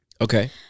Okay